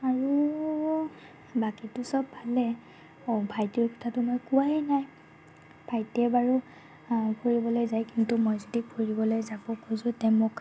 আৰু বাকীটো চব ভালেই অঁ ভাইটিৰ কথাটো মই কোৱাই নাই ভাইটিয়ে বাৰু ফুৰিবলৈ যায় কিন্তু মই যদি ফুৰিবলৈ যাব খোজোঁ তে মোক